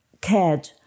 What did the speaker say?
cared